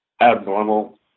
abnormal